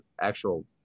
actual